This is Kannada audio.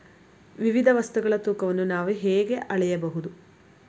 ವಿವಿಧ ವಸ್ತುಗಳ ತೂಕವನ್ನು ನಾವು ಹೇಗೆ ಅಳೆಯಬಹುದು?